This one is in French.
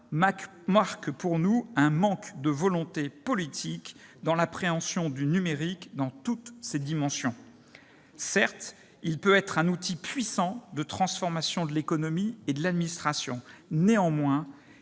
marque un manque de volonté politique dans l'appréhension du numérique dans toutes ses dimensions. Certes, le numérique peut être un outil puissant de transformation de l'économie et de l'administration. Néanmoins,